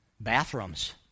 Bathrooms